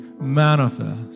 manifest